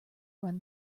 run